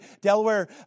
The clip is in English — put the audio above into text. Delaware